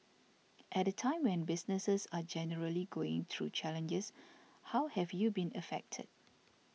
at a time when businesses are generally going through challenges how have you been affected